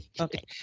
Okay